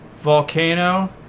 Volcano